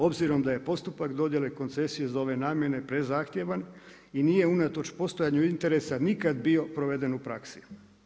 Obzirom da je postupak dodjele koncesije za ove namjene prezahtjevan i nije unatoč postojanju interesa nikad bio proveden u praksi.